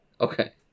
Okay